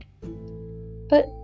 But